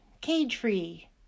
cage-free